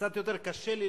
קצת יותר קשה לי,